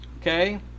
okay